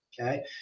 okay